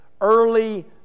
early